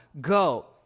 go